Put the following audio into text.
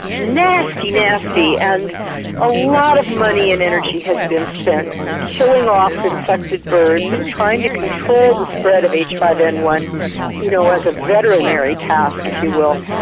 nasty, nasty and a lot of money and energy has been spent killing off infected birds and trying to control the spread of h five n one as you know like a veterinary task if you will,